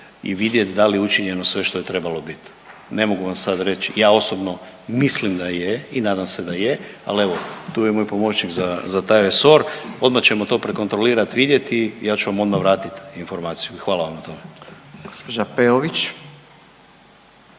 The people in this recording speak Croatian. i vidjeti da li je učinjeno sve što je trebalo biti. Ne mogu vam sada reći. Ja osobno mislim da je i nadam se da je. Ali evo tu je moj pomoćnik za taj resor. Odmah ćemo to prekontrolirati, vidjeti i ja ću vam odmah vratiti informaciju. Hvala vam na tome.